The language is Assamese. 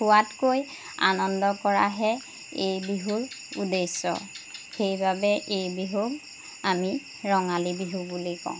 খোৱাতকৈ আনন্দ কৰাহে এই বিহুৰ উদ্দেশ্য সেইবাবে এই বিহুক আমি ৰঙালী বিহু বুলি কওঁ